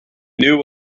knew